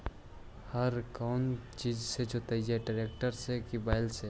हर कौन चीज से जोतइयै टरेकटर से कि बैल से?